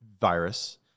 virus